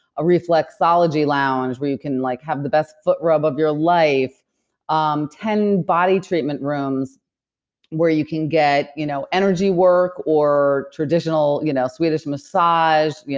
a reflexology lounge where you can like have the best foot rub of your life um ten body treatment rooms where you can get you know energy work or traditional you know swedish massage,